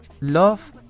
Love